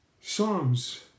Psalms